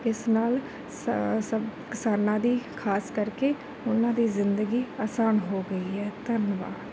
ਇਸ ਨਾਲ ਸਾ ਸਭ ਕਿਸਾਨਾਂ ਦੀ ਖਾਸ ਕਰਕੇ ਉਹਨਾਂ ਦੀ ਜ਼ਿੰਦਗੀ ਅਸਾਨ ਹੋ ਗਈ ਹੈ ਧੰਨਵਾਦ